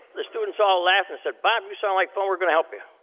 the students all laughed and said, bob, you sound like fun. we're going to help you.